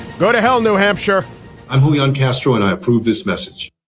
go to hell, new hampshire i'm julian castro and i approve this message.